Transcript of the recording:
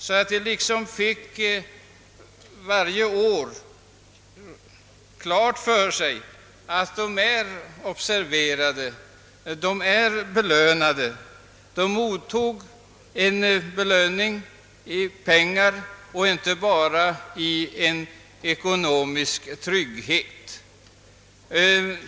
Konstnärerna finge varje år klart för sig att de är uppskattade, om de mottoge en belöning i reda pengar och inte bara i form av garanti för ekonomisk trygghet.